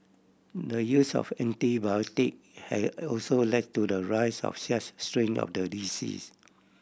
the use of antibiotic has also led to the rise of such strain of the disease